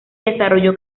desarrolló